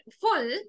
full